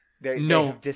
no